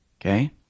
Okay